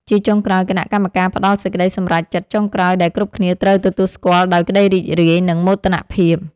ជាចុងក្រោយ គណៈកម្មការផ្ដល់សេចក្ដីសម្រេចចិត្តចុងក្រោយដែលគ្រប់គ្នាត្រូវទទួលស្គាល់ដោយក្ដីរីករាយ និងមោទនភាព។